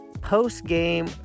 post-game